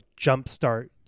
jumpstart